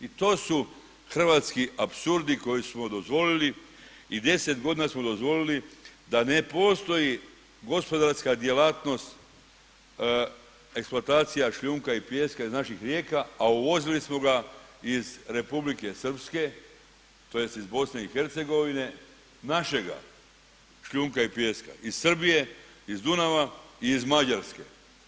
I to su hrvatski apsurdi koje smo dozvolili i 10 godina smo dozvoli da ne postoji gospodarska djelatnost eksploatacija šljunka i pijeska iz naših rijeka, a uvozili smo ga iz Republike Srpske tj. iz BiH, našega šljunka i pijeska, iz Srbije, iz Dunava i iz Mađarske.